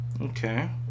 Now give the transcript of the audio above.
Okay